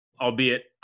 albeit –